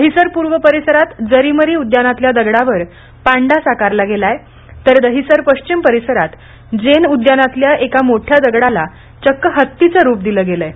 दहिसर पूर्व परिसरातील जरीमरी उद्यानात पांडा साकारला गेलाय तर दहिसर पश्चिम परिसरातील ज्ञेन उद्यानातल्या एका मोठ्ठ्या दगडाला चक्क हत्तीचं रूप दिलं गेलंय